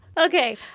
Okay